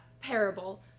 parable